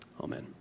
Amen